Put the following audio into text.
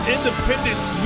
Independence